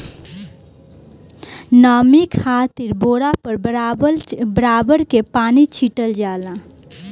नमी खातिर बोरा पर बराबर पानी के छीटल जाला